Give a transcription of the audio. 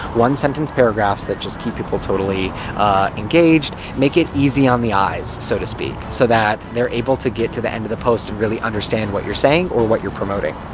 one-sentence paragraphs that just keep people totally engaged. make it easy on the eyes, so to speak, so that they're able to get to the end of the post and really understand what you're saying, or what you're promoting.